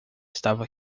estava